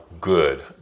good